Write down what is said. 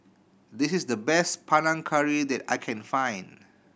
this is the best Panang Curry that I can find